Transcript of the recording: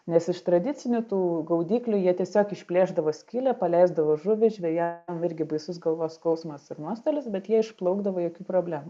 nes iš tradicinių tų gaudyklių jie tiesiog išplėšdavo skylę paleisdavo žuvį žveja irgi baisus galvos skausmas ir nuostolis bet jie išplaukdavo jokių problemų